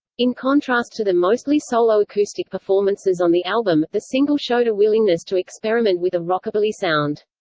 in contrast to the mostly solo acoustic performances on the album, the single showed a willingness to experiment with a rockabilly sound.